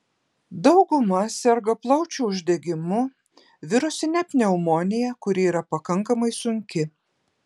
dauguma serga plaučių uždegimu virusine pneumonija kuri yra pakankamai sunki